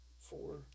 Four